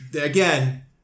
Again